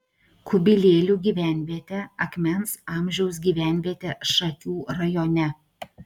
kubilėlių gyvenvietė akmens amžiaus gyvenvietė šakių rajone